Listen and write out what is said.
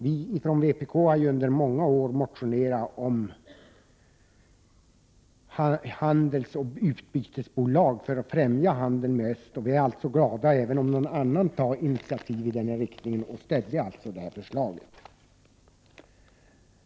Vi från vpk har ju under många år motionerat om handelsoch utbytesbolag för att främja handeln med öst, och vi är alltså glada även om någon annan tar initiativ i denna riktning, och vi stödjer alltså förslaget.